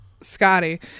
Scotty